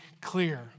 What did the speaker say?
clear